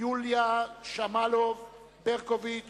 יוליה שמאלוב-ברקוביץ